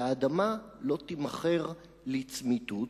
והאדמה לא תימכר לצמיתות,